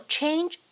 Change